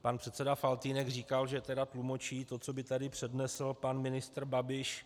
Pan předseda Faltýnek říkal, že tlumočí to, co by tady přednesl pan ministr Babiš.